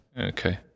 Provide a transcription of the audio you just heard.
Okay